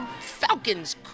Falcons